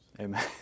Amen